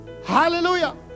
Hallelujah